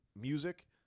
music